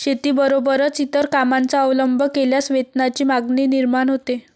शेतीबरोबरच इतर कामांचा अवलंब केल्यास वेतनाची मागणी निर्माण होते